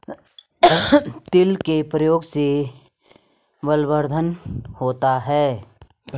तिल के प्रयोग से बलवर्धन होता है